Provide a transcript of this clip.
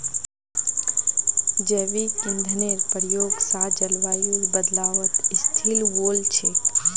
जैविक ईंधनेर प्रयोग स जलवायुर बदलावत स्थिल वोल छेक